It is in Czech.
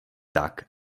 tak